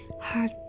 hard